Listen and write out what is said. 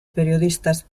periodistas